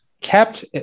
kept